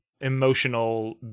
emotional